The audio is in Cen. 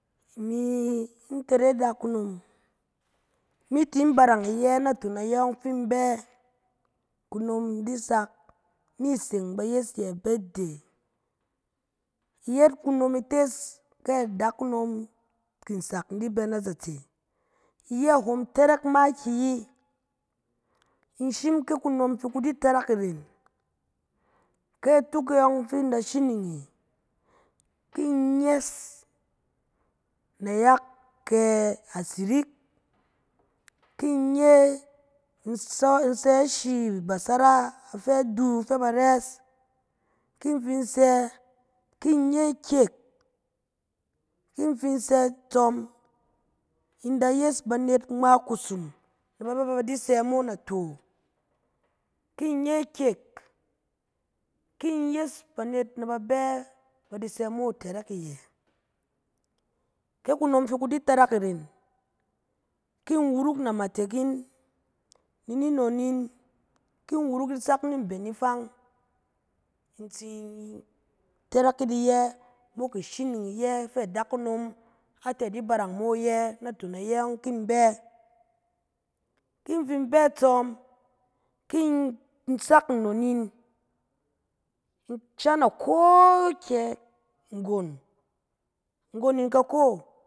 Imi, ntere adakunom, mi tin barang iyɛ naton ayɛ fin in bɛ. Kunom di sak ni seng ba yes ye abatde, yet kunom ites ke adakuom sak in bɛ nazatse, iyɛ hom tarak makiyi. In shim ke kunom di tarak irèn, ke atuk e yɔng fin in da shining e, ki in nyes nayak kɛ asirik, kin in nye, in sɔ- in sɛ ashi basara afɛ du fɛ ba rɛɛs. ki in fin sɛ, kin in nye kek. Ki fin sɛ itsɔm, in da yes banet ngma kusum, ba bɛ ba ba di sɛ mo nato. Ki in nye kek, ki in yes banet na ba bɛ ba di sɛ mo itɛrɛk iyɛ. Kɛ kunom fi ku di tarak irèn, ki in wuruk na matek in ni nnon in, kin in wuruk ‘it sak ni mben ifang, in tsin tarak e iyɛ mok ishining iyɛ fɛ adakunom, a tɛ di barang mo ayɛ naton iyɛ fin in bɛ. Kin in fin bɛ itsɔm, kin in sak nnon in, in shang a koakyɛ nggon, nggon in ka ko,